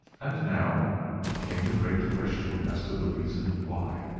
and now came the great question as to the reason why.